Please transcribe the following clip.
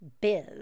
Biz